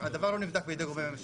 והדבר לא נבדק בידי גורמי הממשלה.